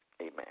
Amen